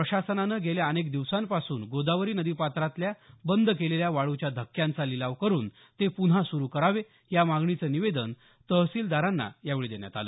प्रशासनानं गेल्या अनेक दिवसांपासून गोदावरी नदी पात्रातल्या बंद केलेल्या वाळूच्या धक्क्यांचा लिलाव करुन ते पुन्हा सुरु करावे या मागणीचं निवेदन तहसीलदारांना यावेळी देण्यात आलं